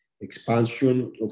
expansion